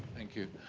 thank you.